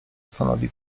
stanowi